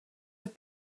have